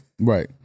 Right